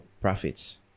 profits